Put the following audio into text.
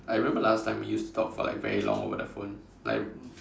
I remember last time we used to talk for like very long over the phone like